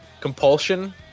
Compulsion